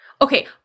Okay